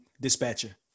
dispatcher